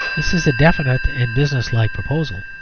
this is a definite and business-like proposal,